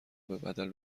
بدل